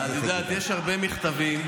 את יודעת, יש הרבה מכתבים.